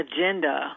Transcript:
agenda